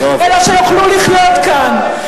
אלא שיוכלו לחיות כאן.